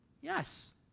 Yes